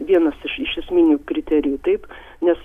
vienas iš iš esminių kriterijų taip nes